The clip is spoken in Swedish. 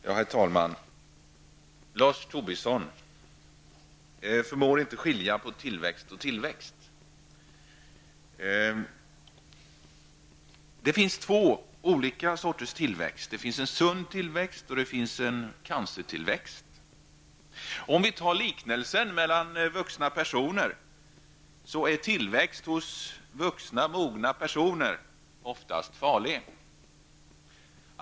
Herr talman! Lars Tobisson förmår inte skilja på tillväxt och tillväxt. Det finns två olika sorters tillväxt. Det finns en sund tillväxt, och det finns en cancertillväxt. Vi kan ju göra liknelsen med en vuxen människa. Tillväxt hos vuxna personer är oftast farlig.